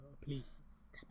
please